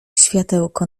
światełko